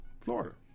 Florida